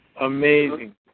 Amazing